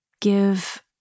give